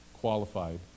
qualified